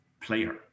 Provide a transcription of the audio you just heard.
player